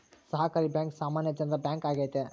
ಸಹಕಾರಿ ಬ್ಯಾಂಕ್ ಸಾಮಾನ್ಯ ಜನರ ಬ್ಯಾಂಕ್ ಆಗೈತೆ